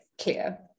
clear